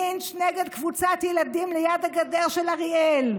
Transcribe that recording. לינץ' נגד קבוצת ילדים ליד הגדר של אריאל,